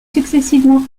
successivement